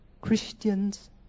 Christians